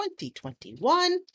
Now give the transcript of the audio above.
2021